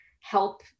help